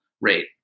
rate